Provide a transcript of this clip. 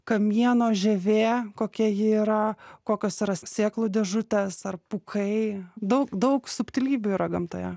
kamieno žievė kokia ji yra kokios yra sėklų dėžutės ar pūkai daug daug subtilybių yra gamtoje